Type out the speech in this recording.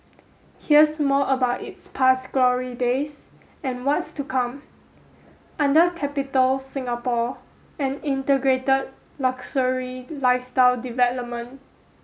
here's more about its past glory days and what's to come under Capitol Singapore an integrated luxury lifestyle development